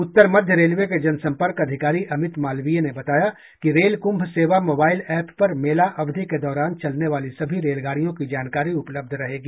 उत्तर मध्य रेलवे के जनसंपर्क अधिकारी अमित मालवीय ने बताया कि रेल कुंभ सेवा मोबाइल एप पर मेला अवधि के दौरान चलने वाली सभी रेलगाडियों की जानकारी उपलब्ध रहेगी